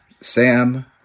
Sam